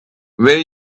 will